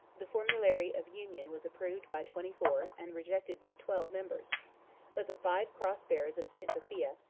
the formulary of union was approved by twenty-four, and rejected by twelve, members but the five cross-bearers of st. sophia,